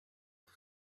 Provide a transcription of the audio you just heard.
two